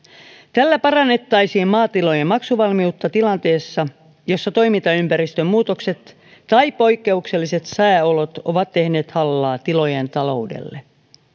tällä parannettaisiin maatilojen maksuvalmiutta tilanteessa jossa toimintaympäristön muutokset tai poikkeukselliset sääolot ovat tehneet hallaa tilojen taloudelle